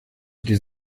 die